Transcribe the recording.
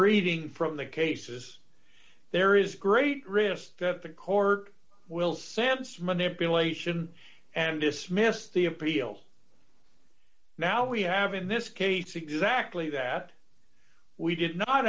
reading from the cases there is great risk that the court will sans manipulation and dismiss the appeals now we have in this case exactly that we did not